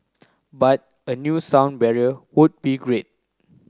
but a new sound barrier would be great